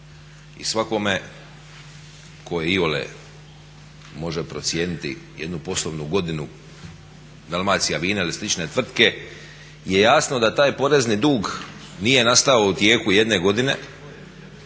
i svakome ko iole može procijeniti jednu poslovnu godinu Dalmacija vina ili slične tvrtke je jasno da taj porezni dug nije nastao u tijeku jedne godine,